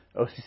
OCC